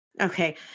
Okay